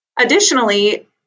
Additionally